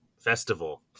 Festival